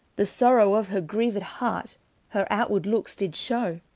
the sorrowe of her grieved heart her outward lookes did showe.